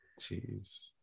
Jeez